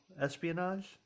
espionage